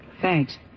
Thanks